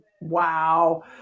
Wow